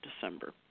December